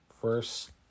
first